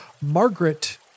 Margaret